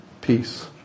Peace